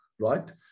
right